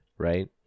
Right